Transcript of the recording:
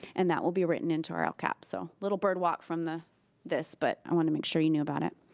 and that will be written into our lcap. so little bird walk from the this, but i want to make sure you knew about it.